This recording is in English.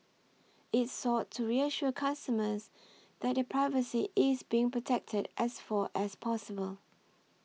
it sought to reassure customers that their privacy is being protected as for as possible